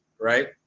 right